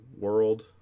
World